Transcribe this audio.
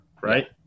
right